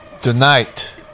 Tonight